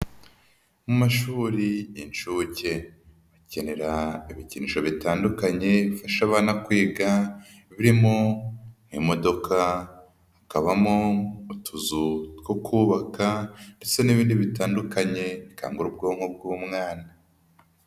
Mu mashuri inshuke bakenera ibikinisho bitandukanye bifasha abana kwiga birimo imodoka, hakabamo utuzu two kubaka ndetse n'ibindi bitandukanye bikangura ubwonko bw'umwana.